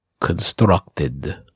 constructed